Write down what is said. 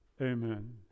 Amen